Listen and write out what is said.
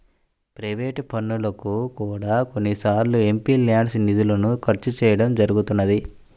private పనులకు కూడా కొన్నిసార్లు ఎంపీల్యాడ్స్ నిధులను ఖర్చు చేయడం జరుగుతున్నది